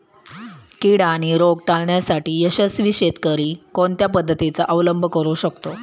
कीड आणि रोग टाळण्यासाठी यशस्वी शेतकरी कोणत्या पद्धतींचा अवलंब करू शकतो?